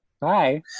Bye